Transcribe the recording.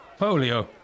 Polio